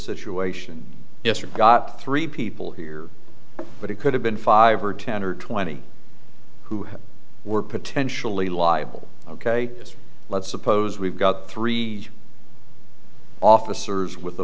situation yes or got three people here but it could have been five or ten or twenty who were potentially liable ok let's suppose we've got three officers with